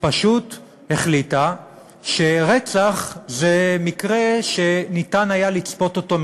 החליטה שרצח זה מקרה שהיה אפשר לצפות אותו,